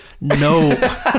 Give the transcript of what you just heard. No